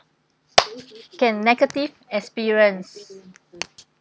can negative experience